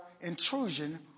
intrusion